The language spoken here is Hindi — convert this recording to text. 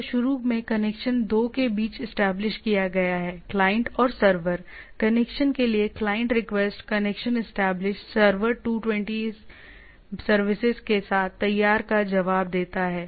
तो शुरू में कनेक्शन दो के बीच एस्टेब्लिश किया गया है क्लाइंट और सर्वर कनेक्शन के लिए client request connection establish server 220 services के साथ तैयार का जवाब देता है